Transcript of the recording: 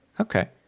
Okay